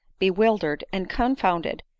bewildered, and confounded,